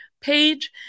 page